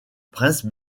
prince